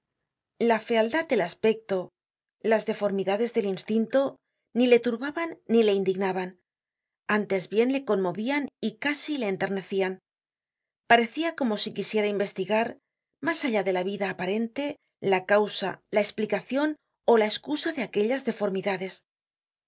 la fealdad del aspecto las deformidades del instinto ni le turbaban ni le indignaban antes bien le conmovian y casi le enternecian parecia como si quisiera investigar mas allá de la vida aparente la causa la esplicacion ó la escusa de aquellas deformidades